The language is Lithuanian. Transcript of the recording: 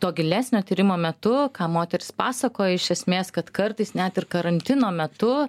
to gilesnio tyrimo metu ką moterys pasakoja iš esmės kad kartais net ir karantino metu